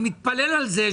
אני מתפלל לזה,